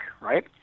right